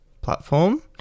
platform